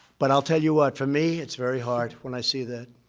but i'll tell you what for me, it's very hard when i see that.